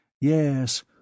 Yes